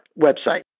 website